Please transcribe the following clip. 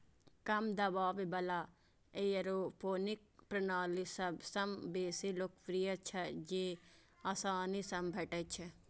कम दबाव बला एयरोपोनिक प्रणाली सबसं बेसी लोकप्रिय छै, जेआसानी सं भेटै छै